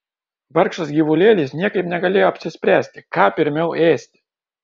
vargšas gyvulėlis niekaip negalėjo apsispręsti ką pirmiau ėsti